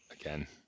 Again